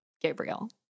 Gabriel